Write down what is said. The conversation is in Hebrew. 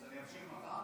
אז אני אמשיך מחר?